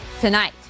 tonight